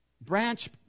branch